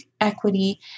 equity